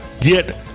get